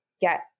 get